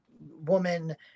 woman